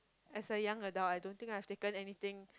as a young adult I don't think I have taken anything